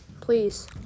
Please